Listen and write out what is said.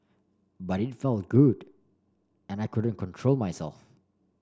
but it felt good and I couldn't control myself